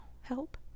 Help